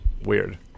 weird